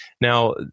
Now